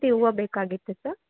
ಸೇವಂತಿ ಹೂವ ಬೇಕಾಗಿತ್ತು ಸರ್